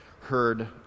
heard